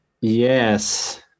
Yes